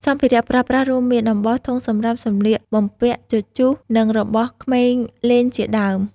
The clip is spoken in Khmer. សម្ភារៈប្រើប្រាស រួមមាន អំបោស ធុងសំរាម សម្លៀកបំពាក់ជជុះ និងរបស់ក្មេងលេងជាដើម។